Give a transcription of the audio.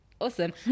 awesome